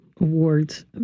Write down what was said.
awards